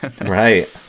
Right